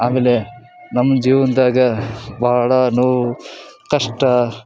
ಆಮೇಲೆ ನಮ್ಮ ಜೀವನದಾಗ ಬಹಳ ನೋವು ಕಷ್ಟ